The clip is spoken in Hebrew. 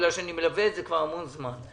בגלל שאני מלווה את זה כבר המון זמן.